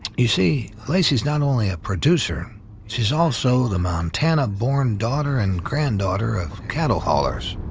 you see, lacy's not only a producer she's also the montana born daughter and granddaughter of cattle haulers.